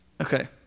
Okay